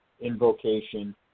invocation